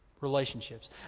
Relationships